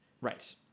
right